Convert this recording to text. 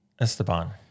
Esteban